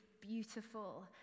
beautiful